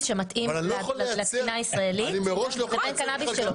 שמתאים לתקינה הישראלית לבין קנאביס אחר.